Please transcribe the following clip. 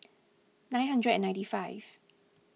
nine hundred and ninety five